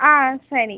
ஆ சரி